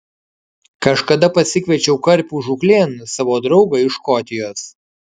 kažkada pasikviečiau karpių žūklėn savo draugą iš škotijos